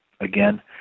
again